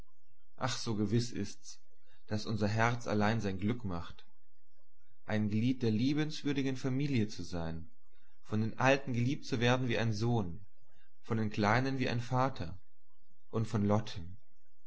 ach so gewiß ist's daß unser herz allein sein glück macht ein glied der liebenswürdigen familie zu sein von dem alten geliebt zu werden wie ein sohn von den kleinen wie ein vater und von